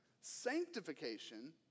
Sanctification